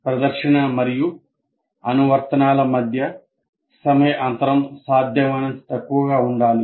ప్రదర్శన మరియు అనువర్తనాల మధ్య సమయ అంతరం సాధ్యమైనంత తక్కువగా ఉండాలి